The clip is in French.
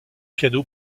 piano